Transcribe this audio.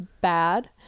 bad